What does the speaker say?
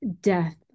death